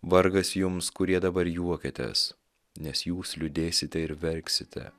vargas jums kurie dabar juokiatės nes jūs liūdėsite ir verksite